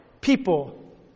People